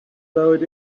lowered